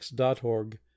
org